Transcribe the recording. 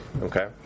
Okay